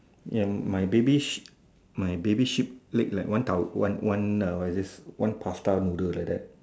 yup my baby sheep my baby sheep leg like one one what is this one pasta noodle like that